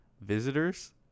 visitors